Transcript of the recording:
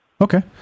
Okay